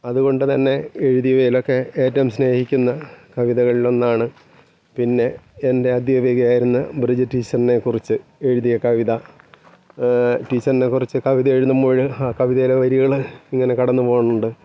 അതുകൊണ്ടുതന്നെ എഴുതിയവയിലൊക്കെ ഏറ്റവും സ്നേഹിക്കുന്ന കവിതകളിലൊന്നാണ് പിന്നെ എൻ്റെ അദ്ധ്യാപിക ആയിരുന്ന മൃദുജ ടീച്ചറിനെ കുറിച്ച് എഴുതിയ കവിത ടീച്ചറിനെ കുറിച്ച് കവിത എഴുതുമ്പോള് ആ കവിതയിലെ വരികള് ഇങ്ങനെ കടന്നുപോകുന്നുണ്ട്